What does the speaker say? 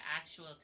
actual